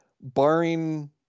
barring